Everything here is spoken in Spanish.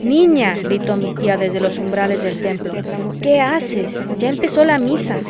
niña gritó mi tía desde los umbrales del templo qué haces ya empezó la misa